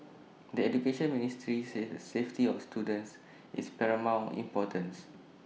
the Education Ministry says the safety of students is paramount importance